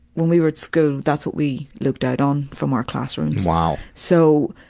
when we were at school that's what we looked out on from our classrooms. wow. so,